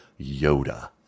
Yoda